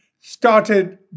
started